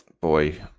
Boy